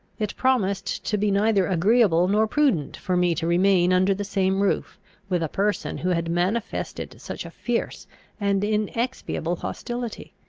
it promised to be neither agreeable nor prudent for me to remain under the same roof with a person who had manifested such a fierce and inexpiable hostility.